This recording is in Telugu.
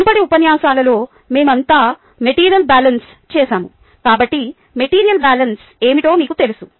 మునుపటి ఉపన్యాసాలలో మేమంతా మెటీరియల్ బ్యాలెన్స్ చేసాము కాబట్టి మెటీరియల్ బ్యాలెన్స్ ఏమిటో మీకు తెలుసు